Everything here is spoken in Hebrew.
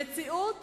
המציאות